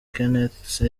kenneth